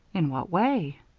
in what way?